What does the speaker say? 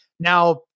Now